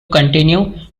continue